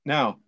Now